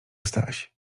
staś